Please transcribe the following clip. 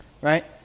Right